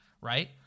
right